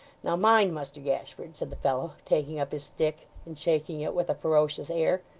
now mind, muster gashford said the fellow, taking up his stick and shaking it with a ferocious air,